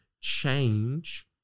change